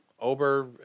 Ober